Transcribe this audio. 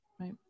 right